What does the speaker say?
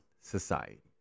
society